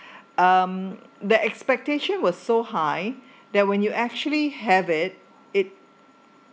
um that expectation was so high then when you actually have it it